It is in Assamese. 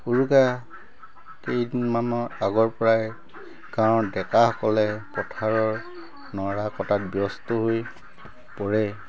উৰুকাৰ কেইদিনমানৰ আগৰপৰাই গাঁৱৰ ডেকাসকলে পথাৰৰ নৰা কটাত ব্যস্ত হৈ পৰে